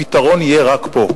הפתרון יהיה רק פה,